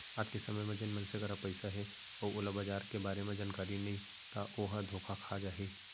आज के समे म जेन मनसे करा पइसा हे अउ ओला बजार के बारे म जानकारी नइ ता ओहा धोखा खा जाही